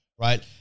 right